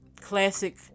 classic